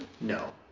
No